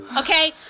Okay